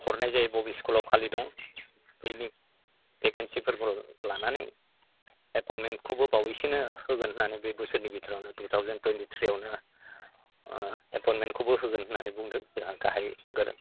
हरनाय जायो बबे स्कुलाव खालि दं बैनि बेकेन्सिफोरखौ लानानै एपइनमेन्टखौबो बावैसोनो होगोन होननानै बे बोसोरनि बिथोरावनो थु थावजेन थुइन्थि थ्रि यावनो ओ एपइनमेन्टखौबो होगोन होननानै बुंदों जोंहा गाहाय गोरों